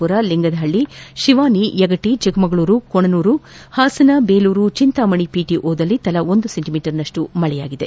ಪುರ ಲಿಂಗದಪಳ್ಳ ತಿವಾನಿ ಯಗಟ ಚಿಕ್ಕಮಗಳೂರು ಕೋಣನೂರು ಹಾಸನ ಬೇಲೂರು ಚಿಂತಾಮಣಿ ಪಟಿಒಗಳಲ್ಲಿ ತಲಾ ಒಂದು ಸೆಂಟಮೀಟರ್ ಮಳೆಬಿದ್ದಿದೆ